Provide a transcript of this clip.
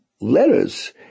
letters